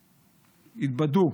התבדו.